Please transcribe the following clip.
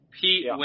Pete